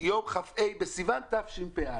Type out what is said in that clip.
יום כ"ה בסיון התשפ"א.